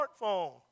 smartphone